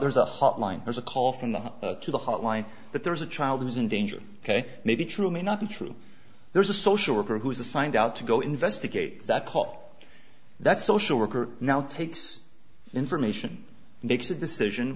there's a hotline there's a call from the to the hotline that there's a child who's in danger ok maybe true may not be true there is a social worker who is assigned out to go investigate that call that social worker now takes information and makes a decision